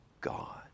God